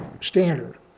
standard